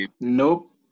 nope